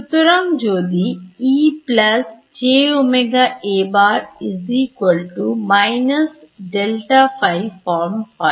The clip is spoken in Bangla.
সুতরাং যদি ফর্ম হয়